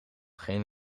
geen